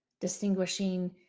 distinguishing